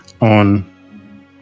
on